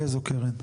איזו קרן?